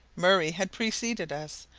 murray had preceded us,